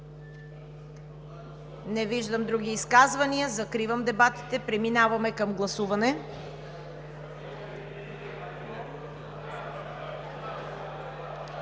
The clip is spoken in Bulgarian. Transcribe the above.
Не виждам други изказвания. Закривам дебатите. Преминаваме към гласуване.